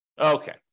Okay